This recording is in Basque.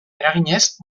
eraginez